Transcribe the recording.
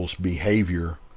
behavior